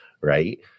right